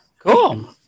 Cool